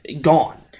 gone